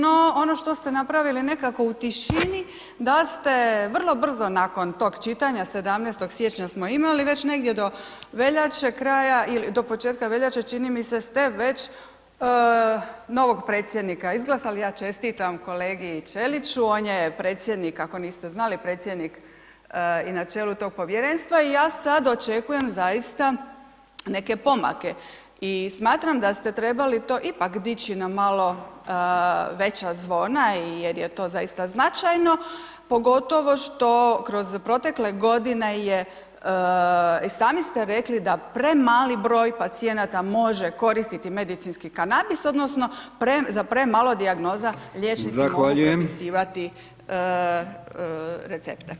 No, ono što ste napravili nekako u tišini, da ste vrlo brzo nakon tog čitanja 17. siječnja smo imali, već negdje do veljače kraja ili do početka veljače čini mi se ste već novog predsjednika izglasali, ja čestitam kolegi Ćeliću, on je predsjednik, ako niste znali, predsjednik i na čelu tog povjerenstva i ja sad očekujem zaista neke pomake i smatram da ste trebali to ipak dići na malo veća zvona jer je to zaista značajno pogotovo što kroz protekle godine je, i sami ste rekli da premali broj pacijenata može koristiti medicinski kanabis odnosno za premalo dijagnoza liječnici [[Upadica: Zahvaljujem…]] mogu propisivati recepte.